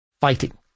fighting